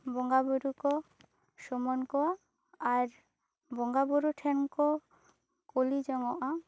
ᱵᱚᱸᱜᱟ ᱵᱳᱨᱳ ᱠᱚ ᱥᱩᱢᱟᱹᱱ ᱠᱚ ᱟᱨ ᱵᱚᱸᱜᱟ ᱵᱳᱨᱳ ᱴᱷᱮᱱ ᱠᱚ ᱠᱩᱞᱤ ᱡᱚᱝᱜᱚᱜᱼᱟ